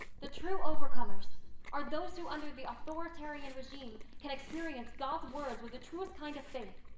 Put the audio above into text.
the true overcomers are those who under the authoritarian regime can experience god's words with the truest kind of faith.